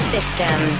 System